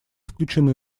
включены